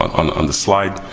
on on the slide.